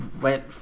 went